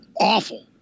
awful